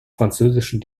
französischen